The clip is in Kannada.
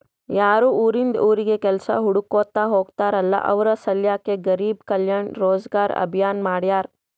ಯಾರು ಉರಿಂದ್ ಉರಿಗ್ ಕೆಲ್ಸಾ ಹುಡ್ಕೋತಾ ಹೋಗ್ತಾರಲ್ಲ ಅವ್ರ ಸಲ್ಯಾಕೆ ಗರಿಬ್ ಕಲ್ಯಾಣ ರೋಜಗಾರ್ ಅಭಿಯಾನ್ ಮಾಡ್ಯಾರ್